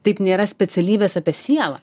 taip nėra specialybės apie sielą